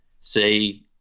say